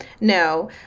No